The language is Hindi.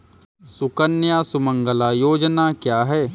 सुकन्या सुमंगला योजना क्या है?